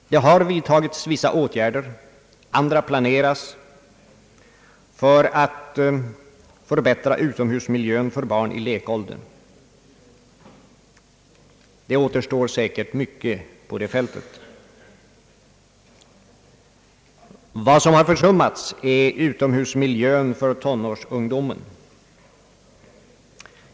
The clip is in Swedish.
Det har vidtagits vissa atgärder, andra planeras för att förbättra utomhusmiljön för barn i lekåldern. Det återstår ändå säkert mycket på det fältet. Vad som har försummats i särskild grad är utomhusmiljön för tonårsungdomen.